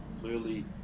clearly